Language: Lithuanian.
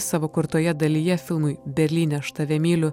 savo kurtoje dalyje filmui berlyne aš tave myliu